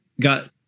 got